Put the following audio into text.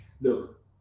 look